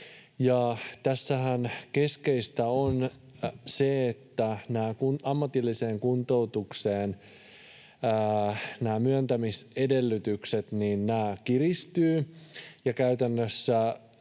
tässähän keskeistä on se, että nämä ammatillisen kuntoutuksen myöntämisedellytykset kiristyvät.